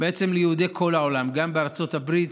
בעצם יהודי כל העולם, גם בארצות הברית,